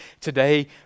today